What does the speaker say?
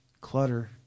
clutter